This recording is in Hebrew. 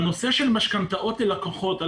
בנושא של משכנתאות ללקוחות,